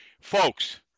Folks